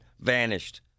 vanished